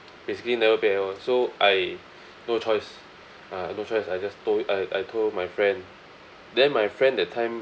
basically never pay at all so I no choice ah I no choice I just told I I told my friend then my friend that time